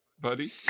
buddy